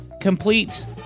Complete